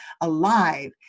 alive